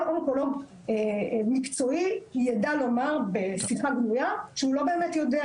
אונקולוג מקצועי ידע לומר בשיחה גלויה שהוא לא באמת יודע,